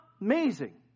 amazing